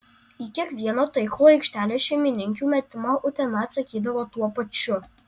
į kiekvieną taiklų aikštelės šeimininkių metimą utena atsakydavo tuo pačiu